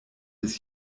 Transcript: bis